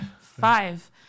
Five